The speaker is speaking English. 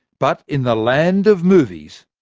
but in the land of movies,